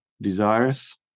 desires